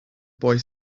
boy